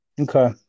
Okay